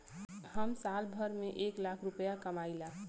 हम साल भर में एक लाख रूपया कमाई ला